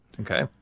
okay